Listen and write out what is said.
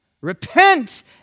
Repent